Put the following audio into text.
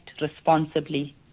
responsibly